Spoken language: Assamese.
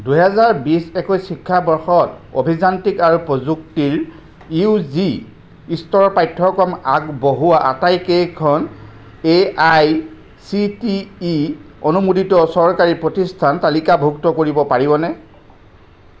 দুহেজাৰ বিছ একৈছ শিক্ষাবৰ্ষত অভিযান্ত্ৰিক আৰু প্ৰযুক্তিৰ ইউ জি স্তৰৰ পাঠ্যক্ৰম আগবঢ়োৱা আটাইকেইখন A' I C T E অনুমোদিত চৰকাৰী প্ৰতিষ্ঠান তালিকাভুক্ত কৰিব পাৰিবনে